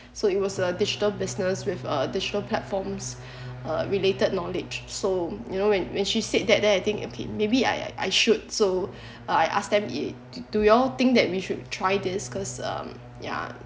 so it was a digital business with a digital platforms uh related knowledge so you know when when she said that then I think maybe I should so uh I ask them uh do you all think that we should try this because um ya